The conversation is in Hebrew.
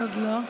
עוד לא.